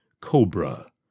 cobra